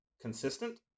consistent